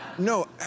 No